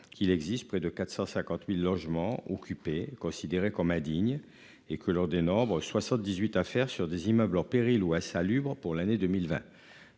qu'il existe près de 450.000 logements occupés considérée comme indigne et que lors dénombre 78 à faire sur des immeubles en péril ou insalubres pour l'année 2020.